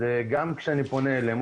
גם כשאני פונה אליהם,